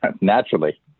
Naturally